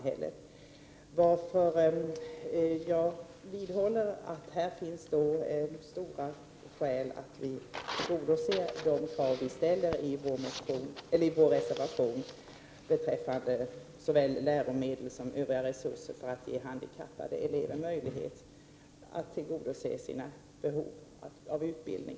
Därför vidhåller jag att det finns tunga skäl till att de krav vi ställer i vår reservation tillgodoses, såväl beträffande läromedel som övriga resurser för att ge handikappade elever möjlighet att tillgodose sina behov av utbildning.